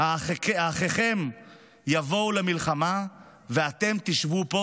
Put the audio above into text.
"האחיכם יבאו למלחמה ואתם תשבו פה"